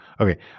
okay